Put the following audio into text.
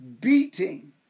beating